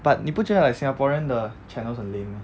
but 你不觉得 like singaporean 的 channels 很 lame meh